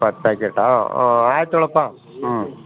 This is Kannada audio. ಪ್ಯಾಕೇಟಾ ಆಯ್ತು ಹೇಳಪ್ಪ ಹ್ಞೂ